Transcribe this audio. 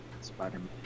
spider-man